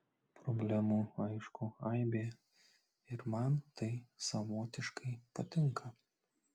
problemų aišku aibė ir man tai savotiškai patinka